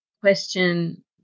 question